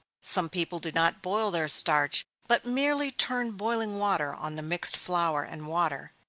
some people do not boil their starch, but merely turn boiling water on the mixed flour and water,